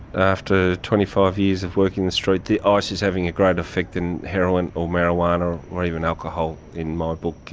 after twenty five years of working the street, ah ice is having a greater effect than heroin or marijuana or even alcohol, in my book,